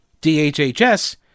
DHHS